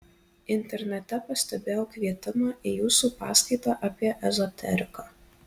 internete pastebėjau kvietimą į jūsų paskaitą apie ezoteriką